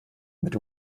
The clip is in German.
mit